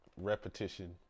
repetition